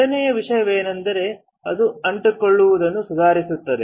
ಎರಡನೆಯ ವಿಷಯವೆಂದರೆ ಅದು ಅಂಟಿಕೊಳ್ಳುವಿಕೆಯನ್ನು ಸುಧಾರಿಸುತ್ತದೆ